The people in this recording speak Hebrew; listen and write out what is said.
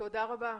תודה רבה.